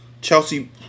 Chelsea